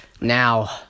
Now